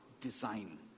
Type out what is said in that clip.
design